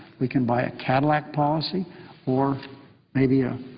we can buy a cadillac policy or maybe a